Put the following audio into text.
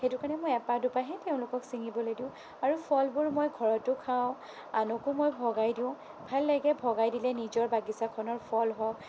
সেইটো কাৰণে এপাহ দুপাহহে তেওঁলোকক চিঙিবলৈ দিওঁ আৰু ফলবোৰ মই ঘৰতো খাওঁ আনকো মই ভগাই দিওঁ ভাল লাগে ভগাই দিলে নিজৰ বাগিচাখনৰ ফল হওঁক